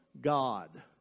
God